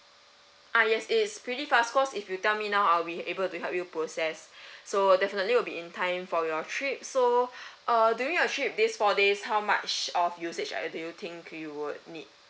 ah yes it's pretty fast cause if you tell me now I'll be able to help you process so definitely will be in time for your trip so uh during your trip these four days how much of usage are you do you think you would need